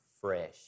fresh